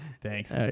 Thanks